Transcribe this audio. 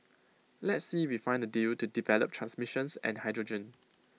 let's see we find A deal to develop transmissions and hydrogen